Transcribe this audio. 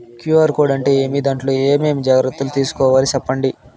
QR code అంటే ఏమి? దాంట్లో ఏ ఏమేమి జాగ్రత్తలు తీసుకోవాలో సెప్పండి?